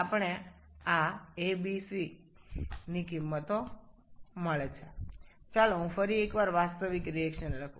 আমি যদি আসল বিক্রিয়াটি আর একবার লিখি